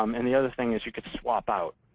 um and the other thing is you could swap out.